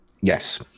Yes